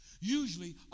usually